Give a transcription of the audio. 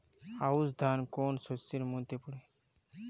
আউশ ধান কোন শস্যের মধ্যে পড়ে?